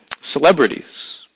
celebrities